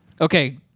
Okay